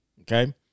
Okay